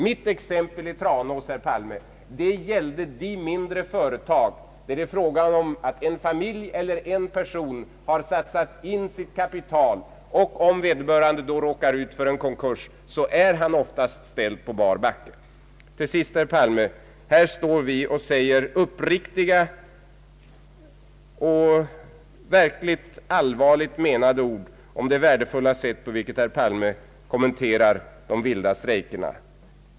Mitt exempel i Tranås, herr Palme, gällde de mindre företag där en familj eller en person har satsat in sitt kapital. Om vederbörande då råkar ut för en konkurs är han oftast ställd på bar backe. Till sist, herr Palme! Här står vi och säger uppriktiga och verkligt allvarligt menade ord om det värdefulla sätt på vilket herr Palme kommenterar de vilda strejkerna.